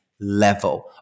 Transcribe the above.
Level